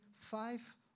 five